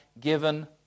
given